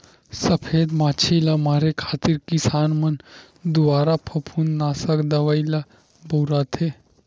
सफेद मांछी ल मारे खातिर किसान मन दुवारा फफूंदनासक दवई ल बउरथे